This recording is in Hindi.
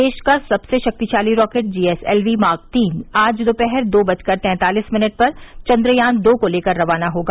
देश का सबसे शक्तिशाली रॉकेट जीएसएलवी मार्क तीन आज दोपहर दो बजकर तैंतालिस मिनट पर चन्द्रयान दो को लेकर रवाना होगा